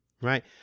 Right